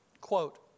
Quote